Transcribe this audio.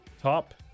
Top